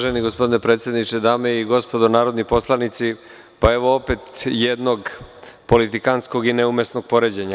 Uvaženi gospodine predsedniče, dame i gospodo narodni poslanici, evo opet jednog politikantskog i neumesnog poređenja.